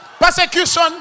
persecution